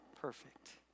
perfect